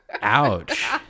Ouch